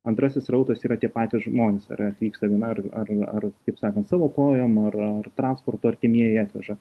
antrasis srautas yra tie patys žmonės ar atvyksta viena ar ar ar kaip sakant savo kojom ar ar transportu artimieji atveža